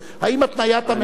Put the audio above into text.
האם התניית הממשלה,